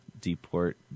deport